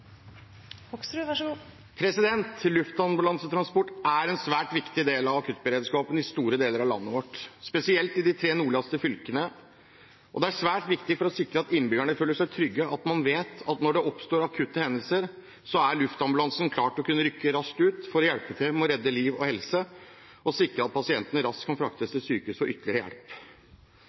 en svært viktig del av akuttberedskapen i store deler av landet vårt, spesielt i de tre nordligste fylkene. For å sikre at innbyggerne kan føle seg trygge er det svært viktig at man vet at luftambulansen er klar til å rykke raskt ut når det oppstår akutte hendelser, for å hjelpe til med å redde liv og helse og sikre at pasientene kan fraktes raskt til sykehus og få ytterligere hjelp.